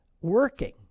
working